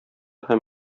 һәм